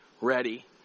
ready